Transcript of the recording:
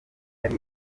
yari